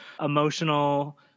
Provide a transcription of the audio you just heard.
emotional